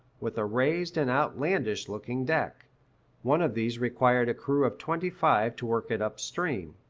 with a raised and outlandish-looking deck one of these required a crew of twenty-five to work it up stream.